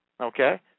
Okay